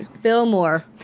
Fillmore